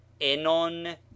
enon